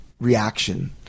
reaction